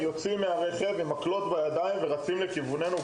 יצאו עם מקלות בידיים ורצו לכיוונינו,